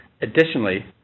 Additionally